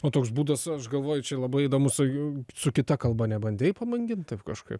o toks būdas aš galvoju čia labai įdomus su su kita kalba nebandei pabandyt taip kažkaip